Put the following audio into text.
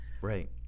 right